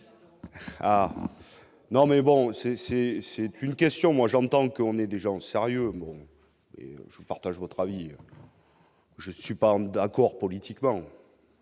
bon c'est c'est c'est une question moi j'entends qu'on est des gens sérieux et je partage votre avis. Je suis pas d'accord politiquement.